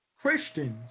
christians